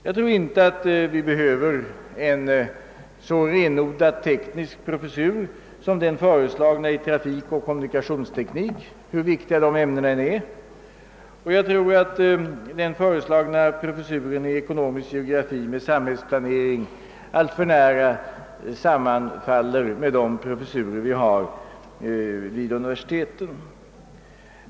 Jag tror inte att vi behöver en så renodlat teknisk professur som den föreslagna i trafikoch kommunikationsteknik, hur viktiga dessa ämnen än är, och jag tror att den föreslagna professuren i ekonomisk geografi med samhällsplanering alltför nära sammanfaller med de professurer vi har vid uni Vversiteten.